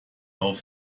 auf